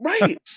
Right